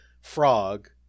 frog